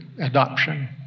adoption